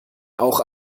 auch